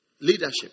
Leadership